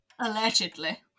allegedly